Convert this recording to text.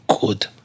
good